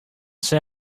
say